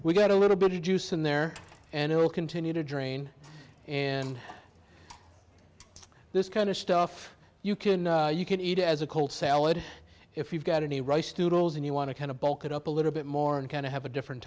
we got a little bit of juice in there and it will continue to drain and this kind of stuff you can you can eat as a cold salad if you've got any rice studios and you want to kind of bulk it up a little bit more and kind of have a different